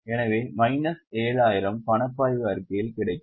எனவே மைனஸ் 7000 பணப்பாய்வு அறிக்கையில் கிடைக்கும்